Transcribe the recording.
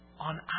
on